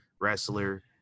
wrestler